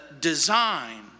design